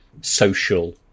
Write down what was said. social